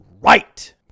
right